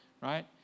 right